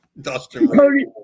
Dustin